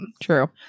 True